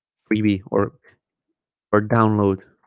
freebie or or download